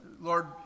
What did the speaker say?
Lord